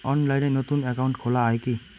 অনলাইনে নতুন একাউন্ট খোলা য়ায় কি?